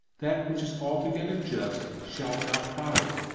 that which is altogether just shalt thou follow,